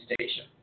station